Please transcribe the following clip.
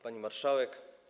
Pani Marszałek!